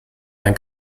ein